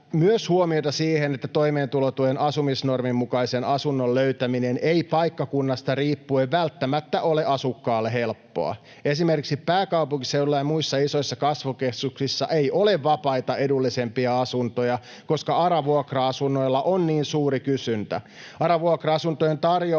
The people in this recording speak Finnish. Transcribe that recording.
myös siihen, että toimeentulotuen asumisnormin mukaisen asunnon löytäminen ei paikkakunnasta riippuen välttämättä ole asukkaalle helppoa. Esimerkiksi pääkaupunkiseudulla ja muissa isoissa kasvukeskuksissa ei ole vapaita edullisempia asuntoja, koska ARA-vuokra-asunnoilla on niin suuri kysyntä.